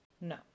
No